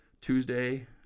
Tuesday